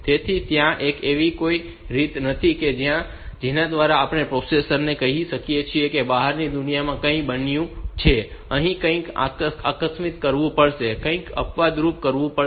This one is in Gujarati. તેથી ત્યાં એવી કોઈ રીત નથી કે જેના દ્વારા આપણે પ્રોસેસર ને કહી શકીએ કે બહારની દુનિયામાં કંઈક બન્યું છે અને કંઈક આકસ્મિક કરવું પડશે કંઈક અપવાદરૂપ કરવું પડશે